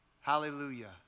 Hallelujah